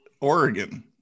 Oregon